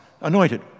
anointed